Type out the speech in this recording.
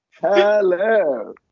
Hello